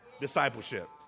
Discipleship